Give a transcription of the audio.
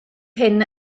hyn